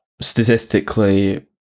statistically